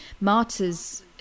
Martyrs